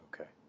Okay